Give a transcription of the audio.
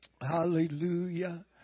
hallelujah